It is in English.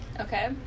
Okay